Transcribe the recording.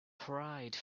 pride